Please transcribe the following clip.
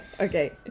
okay